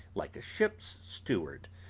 like a ship's steward,